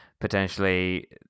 potentially